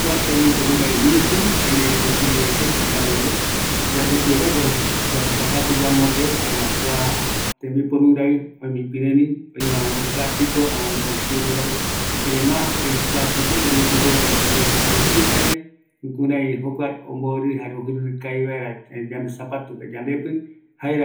Kua yaiporu jaeko yandepuerea yave yamonde yade pɨru, ouko plastico va jare jiero raɨ, kua ñañono yandepitare jaema yambo jïrɨrɨ